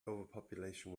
overpopulation